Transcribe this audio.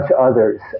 others